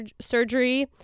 surgery